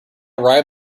arrive